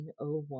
1901